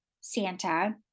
Santa